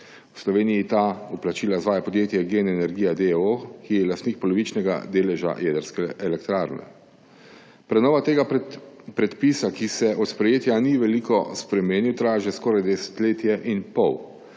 V Sloveniji ta vplačila izvaja podjetje GEN Energija, d. o. o., ki je lastnik polovičnega deleža jedrske elektrarne. Prenova tega predpisa, ki se od sprejetja ni veliko spremenil, traja že skoraj desetletje in pol.